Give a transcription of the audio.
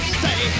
stay